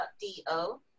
D-O